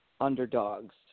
underdogs